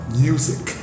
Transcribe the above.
music